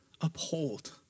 uphold